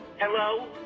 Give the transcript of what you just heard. Hello